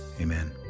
Amen